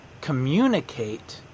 communicate